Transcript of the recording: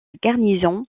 garnison